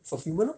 fulfilment lor